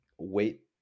wait